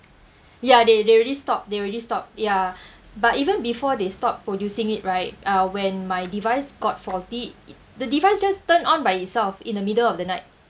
ya they they already stopped they already stopped ya but even before they stopped producing it right uh when my device got faulty the device just turn on by itself in the middle of the night